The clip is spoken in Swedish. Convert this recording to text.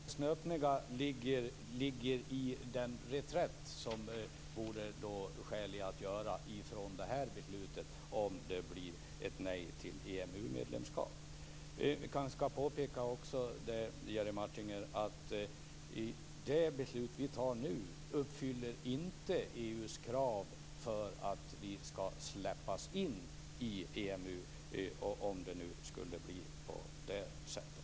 Fru talman! Det snöpliga ligger i den reträtt som då vore skäl att göra från det här beslutet, om det blir ett nej till EMU-medlemskap. Jag vill också påpeka för Jerry Martinger att det beslut som vi nu fattar uppfyller inte EU:s krav för att vi skall släppas in i EMU, om det nu skulle bli på det sättet.